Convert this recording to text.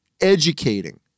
educating